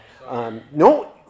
No